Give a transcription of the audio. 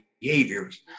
behaviors